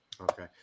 Okay